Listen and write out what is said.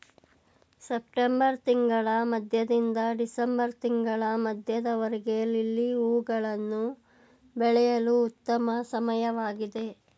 September ತಿಂಗಳ ಮಧ್ಯದಿಂದ December ತಿಂಗಳ ಮಧ್ಯದವರೆಗೆ ಲಿಲ್ಲಿ ಹೂವುಗಳನ್ನು ಬೆಳೆಯಲು ಉತ್ತಮ ಸಮಯವಾಗಿದೆ